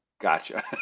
Gotcha